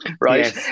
Right